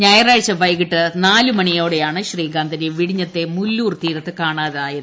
ഞായറ്റുഴ്ച് വൈകിട്ട് നാലോടെയാണ് ശ്രീകാന്തിനെ വിഴിഞ്ഞത്തെട് മുല്ലൂർ തീരത്ത് കാണാതായത്